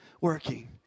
working